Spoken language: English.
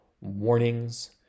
warnings